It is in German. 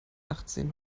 achtzehn